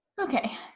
Okay